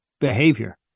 behavior